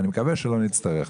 אני מקווה שלא נצטרך.